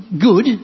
good